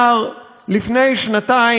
לפני שנתיים עמדתי כאן,